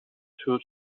two